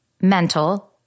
mental